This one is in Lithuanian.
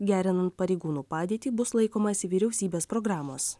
gerinant pareigūnų padėtį bus laikomasi vyriausybės programos